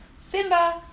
Simba